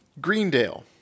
Greendale